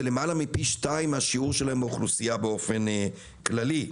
זה למעלה מפי שניים מהשיעור שלהם באוכלוסייה באופן כללי.